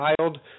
child